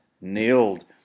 nailed